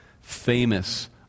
famous